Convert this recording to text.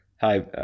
Hi